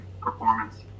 performance